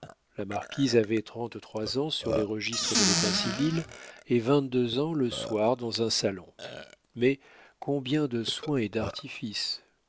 la marquise avait trente-trois ans sur les registres de l'état civil et vingt-deux ans le soir dans un salon mais combien de soins et d'artifices